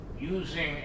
using